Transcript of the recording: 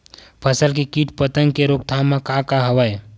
फसल के कीट पतंग के रोकथाम का का हवय?